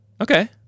Okay